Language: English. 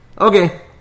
Okay